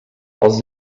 els